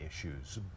issues